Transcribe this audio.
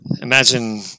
imagine